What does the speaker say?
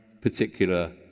particular